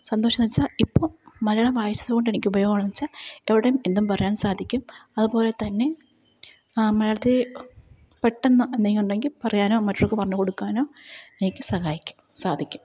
സന്തോഷമെന്നു വെച്ചാൽ ഇപ്പോൾ മലയാളം വായിച്ചതു കൊണ്ട് എനിക്കുപയോഗങ്ങളെന്നു വെച്ചാൽ എവിടെയും എന്തും പറയാൻ സാധിക്കും അതുപോലെ തന്നെ മലയാളത്തിൽ പെട്ടെന്ന് എന്തെങ്കിൽ ഉണ്ടെങ്കിൽ പറയാനോ മറ്റുള്ളവർക്കു പറഞ്ഞു കൊടുക്കാനോ എനിക്കു സഹായിക്കും സാധിക്കും